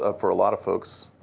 ah for a lot of folks,